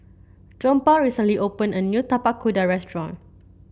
Johnpaul recently opened a new Tapak Kuda restaurant